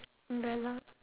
very loud